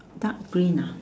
dark green ah